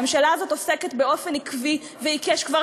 הממשלה הזאת עוסקת באופן עקבי ועיקש כבר